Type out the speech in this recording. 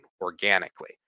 organically